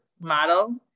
model